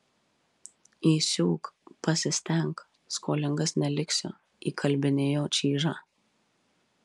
įsiūk pasistenk skolingas neliksiu įkalbinėjo čyžą